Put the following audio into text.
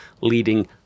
leading